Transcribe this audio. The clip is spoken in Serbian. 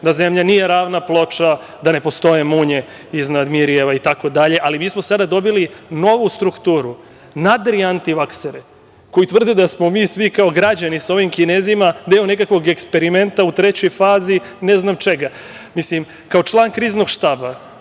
da zemlja nije ravna ploča, da ne postoje „Munje iznad Mirjeva“ itd. Mi smo sada dobili novu strukturu, nadriantivaksere, koji tvrde da smo mi svi kao građani sa ovim Kinezima deo nekakvog eksperimenta u trećoj fazi ne znam čega. Kao član Kriznog štaba,